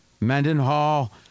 Mendenhall